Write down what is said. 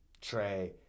Trey